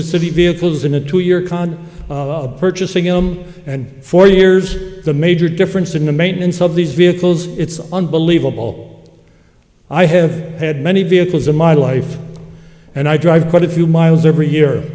the city vehicles in a two year con purchasing them and for years the major difference in the maintenance of these vehicles it's unbelievable i have had many vehicles in my life and i drive quite a few miles every year